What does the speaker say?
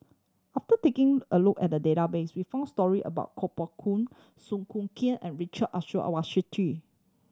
after taking a look at database we found story about Kuo Pao Kun Song Hoot Kiam and Richard